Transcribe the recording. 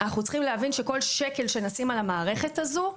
אנחנו צריכים להבין שכל שקל שנשים על המערכת הזו,